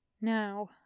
Now